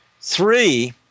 Three